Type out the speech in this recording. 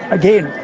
again,